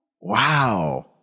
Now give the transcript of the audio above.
Wow